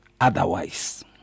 otherwise